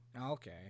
Okay